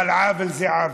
אבל עוול זה עוול.